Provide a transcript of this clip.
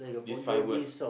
these five words